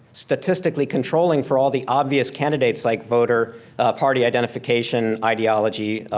statistically controlling for all the obvious candidates like voter party identification, ideology,